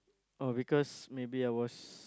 oh because maybe I was